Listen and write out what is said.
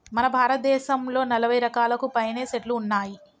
మన భారతదేసంలో నలభై రకాలకు పైనే సెట్లు ఉన్నాయి